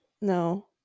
no